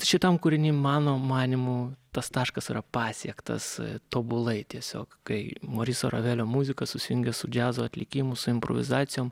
šitam kūriny mano manymu tas taškas yra pasiektas tobulai tiesiog kai moriso ravelio muzika susijungia su džiazo atlikimu su improvizacijom